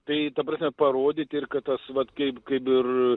tai ta prasme parodyt ir kad tas vat kaip kaip ir